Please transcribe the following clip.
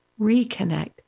reconnect